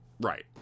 right